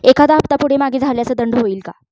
एखादा हफ्ता पुढे मागे झाल्यास दंड होईल काय?